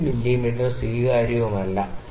5 millimetre സ്വീകാര്യവുമല്ല